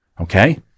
Okay